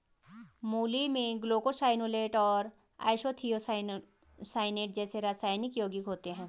मूली में ग्लूकोसाइनोलेट और आइसोथियोसाइनेट जैसे रासायनिक यौगिक होते है